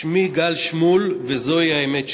שמי גל שמול וזוהי האמת שלי: